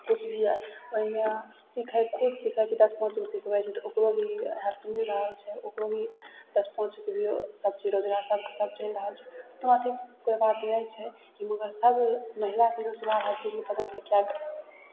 किछु भी ओहिमे सिखयके होइ छै सीखै दस पाँच गोकेँ सिखबै छै तऽ ओकरो भी हेल्प मिल रहल छै ओकरो भी दस पाँचकेँ भी सभचीज रोजगारसभ सभ चलि रहल छै उतना अथि मतलब कोइ बात इएह छै कि सभ महिलाकेँ रोजगार हर चीजमे भऽ रहल छै चाहै